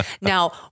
Now